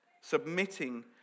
submitting